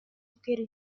located